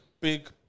big